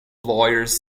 lawyers